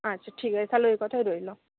আচ্ছা ঠিক আছে তাহলে ওই কথাই রইল